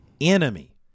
enemy